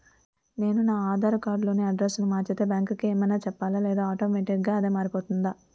నేను నా ఆధార్ కార్డ్ లో అడ్రెస్స్ మార్చితే బ్యాంక్ కి ఏమైనా చెప్పాలా లేదా ఆటోమేటిక్గా అదే మారిపోతుందా?